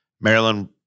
Maryland